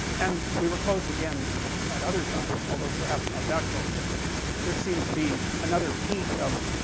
and we were close again at other times, although perhaps not that close and there seemed to be another peak of